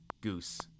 goose